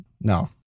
No